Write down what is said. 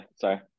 sorry